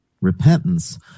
repentance